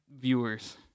viewers